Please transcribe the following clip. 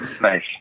Nice